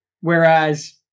Whereas